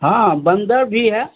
हाँ बंदर भी है